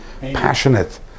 passionate